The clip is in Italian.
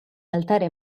altare